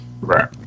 Right